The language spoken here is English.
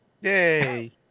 Yay